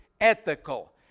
ethical